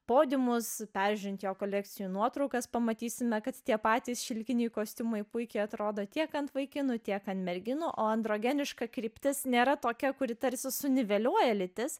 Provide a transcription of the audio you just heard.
podiumus peržiūrint jo kolekcijų nuotraukas pamatysime kad tie patys šilkiniai kostiumai puikiai atrodo tiek ant vaikinų tiek ant merginų o androginiška kryptis nėra tokia kuri tarsi suniveliuoja lytis